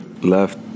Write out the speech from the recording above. left